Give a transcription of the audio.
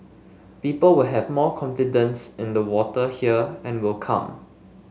people will have more confidence in the water here and will come